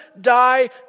die